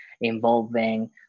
involving